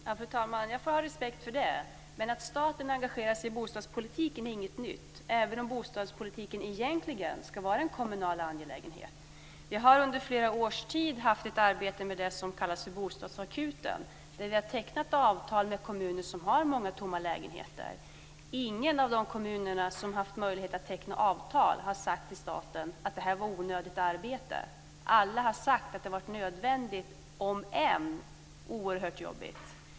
Fru talman! Jag får ha respekt för det. Men att staten engagerar sig i bostadspolitiken är inget nytt, även om bostadspolitiken egentligen ska vara en kommunal angelägenhet. Vi har under flera års tid haft ett arbete med det som kallas bostadsakuten, där vi har tecknat avtal med kommuner som har många tomma lägenheter. Ingen av de kommuner som haft möjlighet att teckna avtal har sagt till staten att det här var onödigt arbete. Alla har sagt att det har varit nödvändigt, om än oerhört jobbigt.